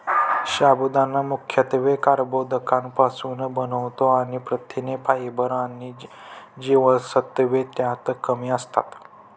साबुदाणा मुख्यत्वे कर्बोदकांपासुन बनतो आणि प्रथिने, फायबर आणि जीवनसत्त्वे त्यात कमी असतात